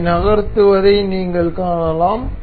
இதை நகர்த்துவதை நீங்கள் காணலாம்